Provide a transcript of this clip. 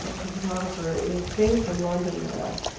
but the photographer, is based in london now.